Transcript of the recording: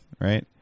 right